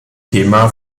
thema